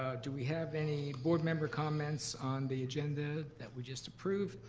ah do we have any board member comments on the agenda that we just approved?